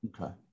Okay